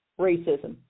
racism